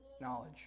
knowledge